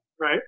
right